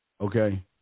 okay